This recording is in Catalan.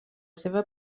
seva